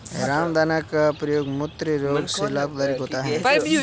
रामदाना का प्रयोग मूत्र रोग में लाभकारी होता है